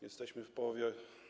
Jesteśmy w połowie.